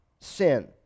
sin